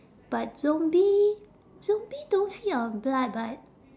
but zombie zombie don't feed on blood but